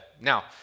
Now